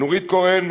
נורית קורן,